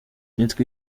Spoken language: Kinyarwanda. nitwa